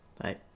Bye